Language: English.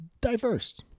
diverse